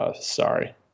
sorry